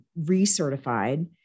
recertified